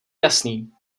jasný